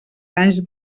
anys